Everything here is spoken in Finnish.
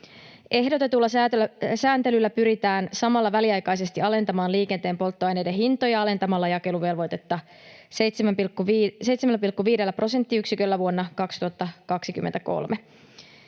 Ehdotetulla sääntelyllä pyritään samalla väliaikaisesti alentamaan liikenteen polttoaineiden hintojen alentamalla jakeluvelvoitetta 7,5 prosenttiyksiköllä vuonna 2023.